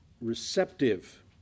receptive